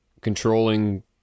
controlling